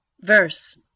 Verse